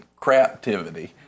craptivity